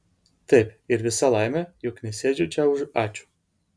taip ir visa laimė juk nesėdžiu čia už ačiū